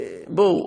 בואו,